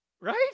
Right